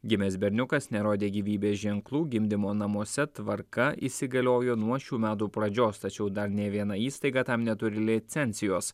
gimęs berniukas nerodė gyvybės ženklų gimdymo namuose tvarka įsigaliojo nuo šių metų pradžios tačiau dar nė viena įstaiga tam neturi licencijos